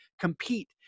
compete